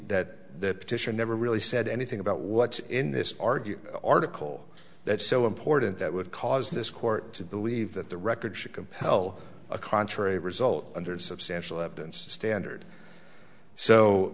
that that petition never really said anything about what's in this argue article that so important that would cause this court to believe that the record should compel a contrary result under substantial evidence standard so